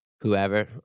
whoever